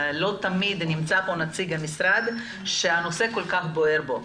לא תמיד נמצא פה נציג המשרד שהנושא כל כך בוער בו,